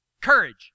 Courage